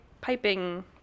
piping